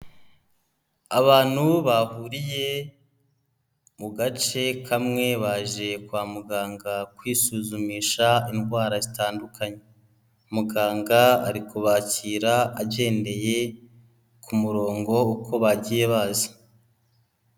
Abantu bahuriye mu gace kamwe baje kwa muganga kwisuzumisha indwara zitandukanye, muganga ari kubakira agendeye ku murongo uko bagiye baza.